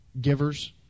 givers